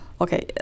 Okay